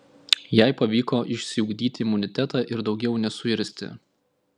jai pavyko išsiugdyti imunitetą ir daugiau nesuirzti